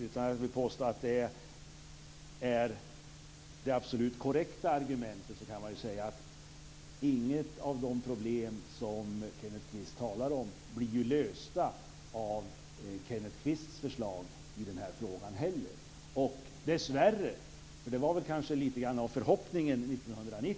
Utan att vilja påstå att det är det absolut korrekta argumentet kan man ju säga att inga av de problem som Kenneth Kvist talar om blir lösta av Kenneth Kvists förslag i den här frågan heller. Det som kanske var lite grann av förhoppningen 1990